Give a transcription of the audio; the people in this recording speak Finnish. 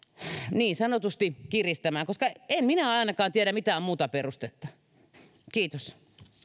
niin sanotusti kiristämään koska en minä ainakaan tiedä mitään muuta perustetta kiitos